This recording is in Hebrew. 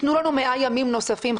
תנו לנו 100 ימים נוספים.